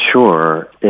Sure